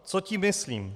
Co tím myslím?